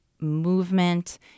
movement